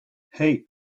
hey